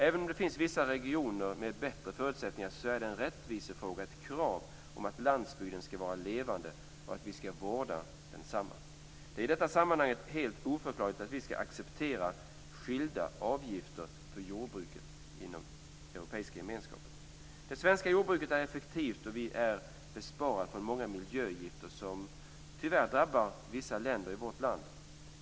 Även om det finns vissa regioner med bättre förutsättningar, så är det en rättvisefråga och ett krav om att landsbygden skall vara levande och att vi skall vårda densamma. Det är i detta sammanhang helt oförklarligt att vi skall acceptera skilda avgifter för jordbruket inom Europeiska gemenskapen. Det svenska jordbruket är effektivt, och vi är besparade från många av de miljögifter som tyvärr drabbar vissa länder i vår värld.